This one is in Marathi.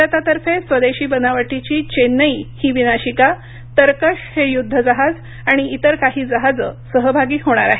भारतातर्फे स्वदेश बनावटीची चेन्नई ही विनाशिका तरकष हे युद्ध जहाज आणि इतर काही जहाजे सहभागी होणार आहेत